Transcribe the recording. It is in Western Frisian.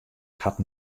hat